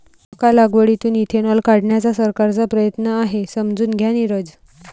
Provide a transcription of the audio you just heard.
मका लागवडीतून इथेनॉल काढण्याचा सरकारचा प्रयत्न आहे, समजून घ्या नीरज